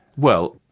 well,